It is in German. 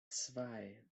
zwei